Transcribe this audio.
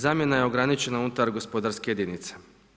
Zamjena je ograničena unutar gospodarskih jedinica.